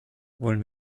wollen